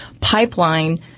pipeline